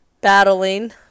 battling